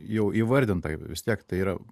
jau įvardinta vis tiek tai yra